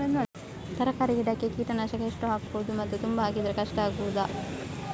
ತರಕಾರಿ ಗಿಡಕ್ಕೆ ಕೀಟನಾಶಕ ಎಷ್ಟು ಹಾಕ್ಬೋದು ಮತ್ತು ತುಂಬಾ ಹಾಕಿದ್ರೆ ಕಷ್ಟ ಆಗಬಹುದ?